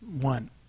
One